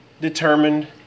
determined